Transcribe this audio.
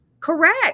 Correct